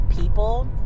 people